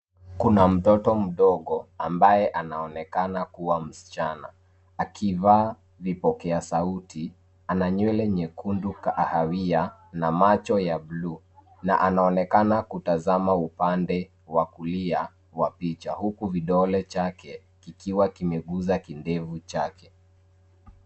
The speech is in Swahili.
Kuna mtoto mdogo ambaye anaonekana kuwa msichana akivaa vipokea sauti. Ana nywele nyekundu kahawia na macho ya bluu na anaonekana kutazama upande wa kulia wa picha, huku vidole chake kikiwa kimeguza kindevu chake.